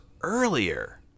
earlier